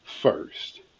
first